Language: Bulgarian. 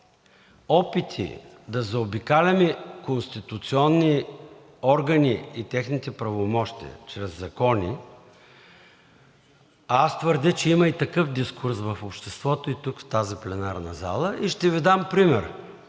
опити да заобикаляме конституционни органи и техните правомощия чрез закони, аз твърдя, че има и такъв дискурс в обществото, и тук в тази пленарна залата, и ще Ви дам пример.